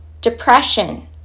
Depression